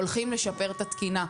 הולכים לשפר את התקינה,